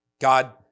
God